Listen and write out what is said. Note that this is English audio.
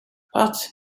but